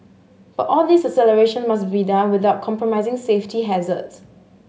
but all this acceleration must be done without compromising safety hazards